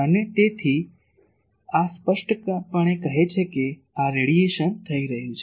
અને તેથી આ સ્પષ્ટપણે કહે છે કે આ રેડિયેશન થઈ રહ્યું છે